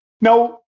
Now